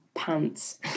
pants